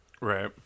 Right